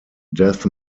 death